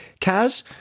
Kaz